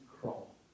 crawl